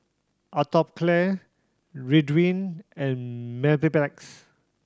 Atopiclair Ridwind and Mepilex